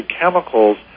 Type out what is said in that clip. chemicals